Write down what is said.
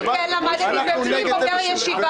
אני כן למדתי בהשכלה הגבוהה ובני בוגר ישיבה.